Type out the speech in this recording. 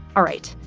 all right.